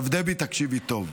עכשיו, דבי, תקשיבי טוב.